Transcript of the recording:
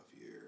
year